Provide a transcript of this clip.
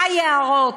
ביערות,